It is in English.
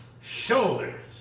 shoulders